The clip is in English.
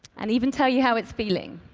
and even tell you how it's feeling.